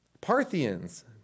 Parthians